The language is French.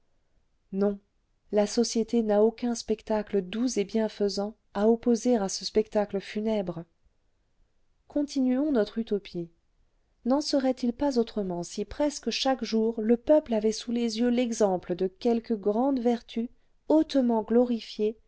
non la société n'a aucun spectacle doux et bienfaisant à opposer à ce spectacle funèbre continuons notre utopie n'en serait-il pas autrement si presque chaque jour le peuple avait sous les yeux l'exemple de quelques grandes vertus hautement glorifiées